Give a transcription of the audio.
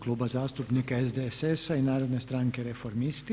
Kluba zastupnika SDSS-a i Narodne stranke Reformisti.